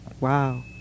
Wow